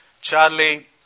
Charlie